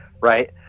right